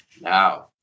now